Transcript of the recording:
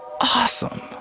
awesome